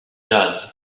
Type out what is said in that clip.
jazz